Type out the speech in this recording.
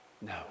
No